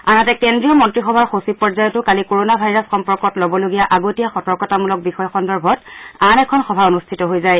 আনহাতে কেন্দ্ৰীয় মন্ত্ৰীসভাৰ সচিব পৰ্যায়তো কালি কৰণা ভাইৰাছ সম্পৰ্কত ল'বলগীয়া আগতীয়া সতৰ্কতামূলক বিষয় সন্দৰ্ভত আন এখন সভা অনুষ্ঠিত হৈ যায়